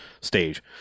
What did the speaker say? stage